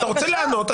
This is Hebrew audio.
אתה רוצה לענות,